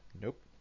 nope